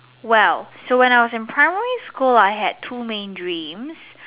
well so when I was in primary school I had two main dreams